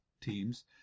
teams